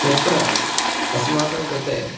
तत्र अस्माकं कृते